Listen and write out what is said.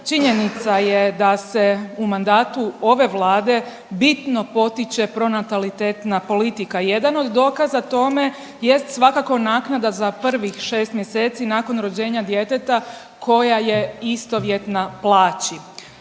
Činjenica je da se u mandatu ove Vlade bitno potiče pronatalitetna politika, jedan od dokaza tome jest svakako naknada za prvih šest mjeseci nakon rođenja djeteta koja je istovjetna plaći,